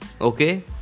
Okay